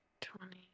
twenty